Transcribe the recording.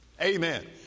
Amen